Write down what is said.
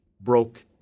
broke